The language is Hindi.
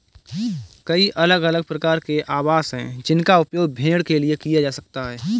कई अलग अलग प्रकार के आवास हैं जिनका उपयोग भेड़ के लिए किया जा सकता है